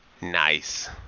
Nice